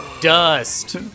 Dust